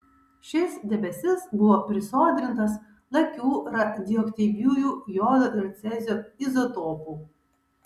šis debesis buvo prisodrintas lakių radioaktyviųjų jodo ir cezio izotopų